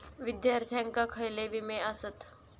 विद्यार्थ्यांका खयले विमे आसत?